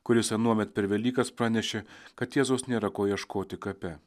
kuris anuomet per velykas pranešė kad jėzaus nėra ko ieškoti kape